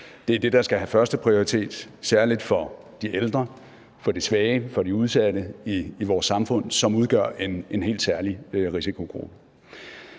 Det er det, der skal have førsteprioritet, særligt for de ældre, for de svage, for de udsatte i vores samfund, som udgør en helt særlig risikogruppe.